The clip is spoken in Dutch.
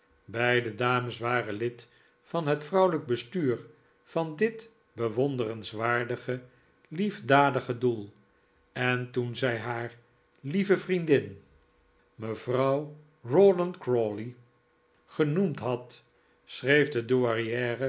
de fidzji eilanden beide dames waren lid van het vrouwelijk bestuur van dit bewonderenswaardige liefdadige doel en toen zij haar lieve vriendin mevrouw rawdon crawley genoemd had schreef de